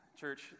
Church